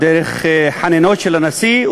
דרך חנינות של הנשיא,